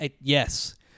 Yes